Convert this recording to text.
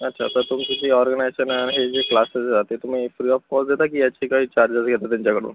अच्छा तर तुमची ती ऑर्गनायझेशन आहे हे जे क्लासेस राहते तुम्ही फ्री ऑफ कॉस्ट देता की याचे काही चार्जेस घेता त्यांच्याकडून